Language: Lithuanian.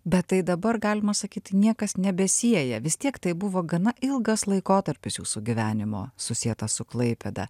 bet tai dabar galima sakyt niekas nebesieja vis tiek tai buvo gana ilgas laikotarpis jūsų gyvenimo susietas su klaipėda